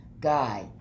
guy